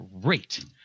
great